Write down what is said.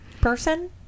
person